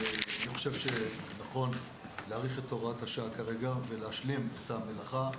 אני חושב שנכון להאריך כרגע את הוראת השעה ולהשלים את המלאכה,